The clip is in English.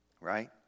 Right